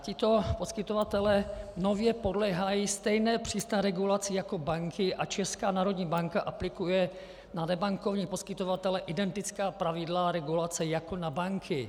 Tito poskytovatelé nově podléhají stejné přísné regulaci jako banky a Česká národní banka aplikuje na nebankovní poskytovatele identická pravidla regulace jako na banky.